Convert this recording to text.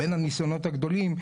בין הניסיונות הגדולים,